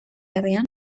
herrian